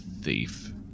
thief